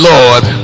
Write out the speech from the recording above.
Lord